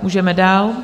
Můžeme dál.